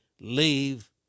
leave